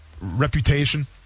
reputation